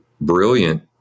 brilliant